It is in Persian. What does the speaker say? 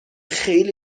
خیلی